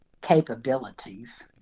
capabilities